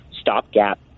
stopgap